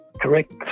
correct